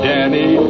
Danny